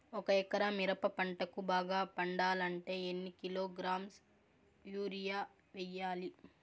ఒక ఎకరా మిరప పంటకు బాగా పండాలంటే ఎన్ని కిలోగ్రామ్స్ యూరియ వెయ్యాలి?